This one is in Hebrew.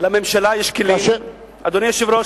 אדוני היושב-ראש,